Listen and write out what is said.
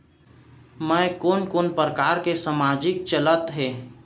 मैं कोन कोन प्रकार के सामाजिक चलत हे?